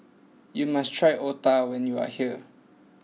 you must try Otah when you are here